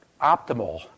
optimal